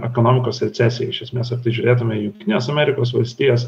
ekonomikos recesija iš esmės ar tai žiūrėtume į jungtines amerikos valstijas